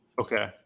okay